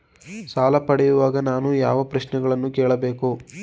ಸಾಲ ಪಡೆಯುವಾಗ ನಾನು ಯಾವ ಪ್ರಶ್ನೆಗಳನ್ನು ಕೇಳಬೇಕು?